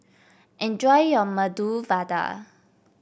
enjoy your Medu Vada